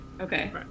Okay